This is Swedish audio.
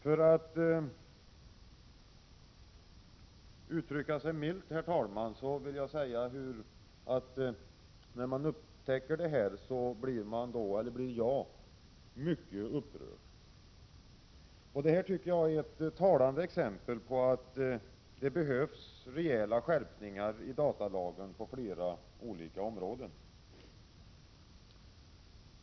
För att uttrycka mig milt vill jag säga att när man upptäcker detta blir man mycket upprörd. Detta tycker jag är ett talande exempel på att det behövs rejäla skärpningar i datalagen på flera olika områden.